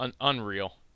unreal